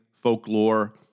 folklore